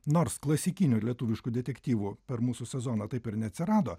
nors klasikinių lietuviškų detektyvų per mūsų sezoną taip ir neatsirado